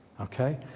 Okay